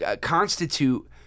constitute